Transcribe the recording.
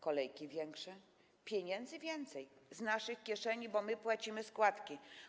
Kolejki są większe, pieniędzy jest więcej z naszych kieszeni, bo my płacimy składki.